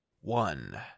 one